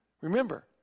Remember